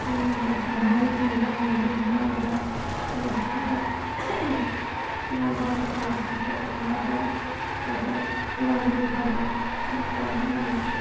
এই মিত মহা মৃত্যুঞ্জয় মন্দিৰ নগাঁৱৰ অৱস্থিত নগাঁৱৰ অৱস্থিত ইয়াতো বহুত প্ৰিয় বুলি ভাবোঁ এনেকৈ সামৰিছোঁ